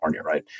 right